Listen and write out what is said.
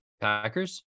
packers